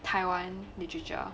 Taiwan literature